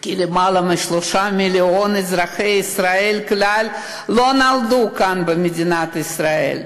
כי למעלה מ-שלושה מיליון אזרחי ישראל כלל לא נולדו כאן במדינת ישראל.